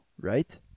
right